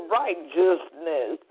righteousness